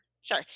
sure